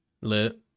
lit